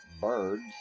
birds